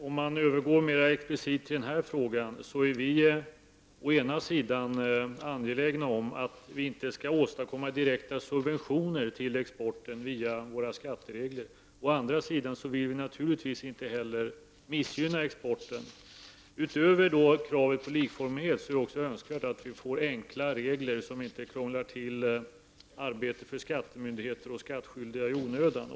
För att övergå mer explicit till den här frågan är vi å ena sidan angelägna om att inte åstadkomma direkta subventioner till exporten via våra skatteregler, å andra sidan vill vi naturligtvis inte heller missgynna exporten. Utöver kravet på likformighet är det också önskvärt att vi får enkla regler som inte i onödan krånglar till arbetet för skattemyndigheter och skattskyldiga.